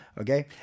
Okay